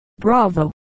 bravo